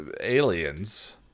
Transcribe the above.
aliens